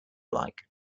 like